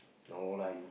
no lah you